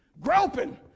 groping